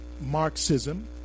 Marxism